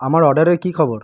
আমার অর্ডারের কী খবর